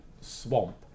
swamp